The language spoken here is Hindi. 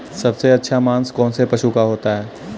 सबसे अच्छा मांस कौनसे पशु का होता है?